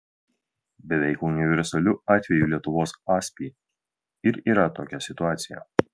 beveik universaliu atveju lietuvos aspį ir yra tokia situacija